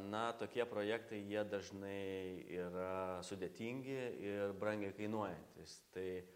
na tokie projektai jie dažnai yra sudėtingi ir brangiai kainuojantys tai